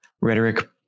Rhetoric